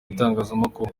itangazamakuru